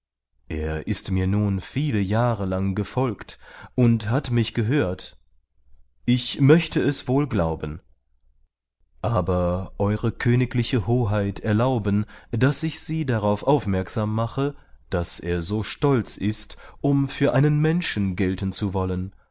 er ist mir nun viele jahre lang gefolgt und hat mich gehört ich möchte es wohl glauben aber ew königliche hoheit erlauben daß ich sie darauf aufmerksam mache daß er so stolz ist um für einen menschen gelten zu wollen